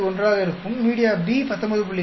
1 ஆக இருக்கும் media B 19